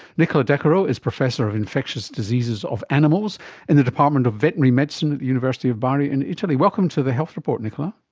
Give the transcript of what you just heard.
nicola decaro is professor of infectious diseases of animals in the department of veterinary medicine at the university of bari in italy. welcome to the health report, nicola.